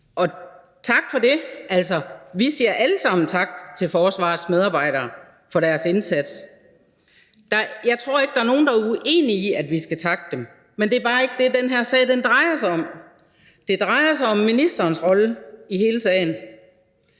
Og tak for det – altså, vi siger alle sammen tak til forsvarets medarbejdere for deres indsats. Jeg tror ikke, at der er nogen, der er uenige i, at vi skal takke dem, men det er bare ikke det, den her sag drejer sig om. Det drejer sig om ministerens rolle i hele sagen.